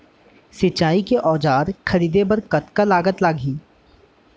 सिंचाई के औजार खरीदे बर कतका लागत लागही?